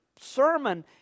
sermon